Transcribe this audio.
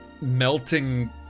melting